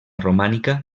romànica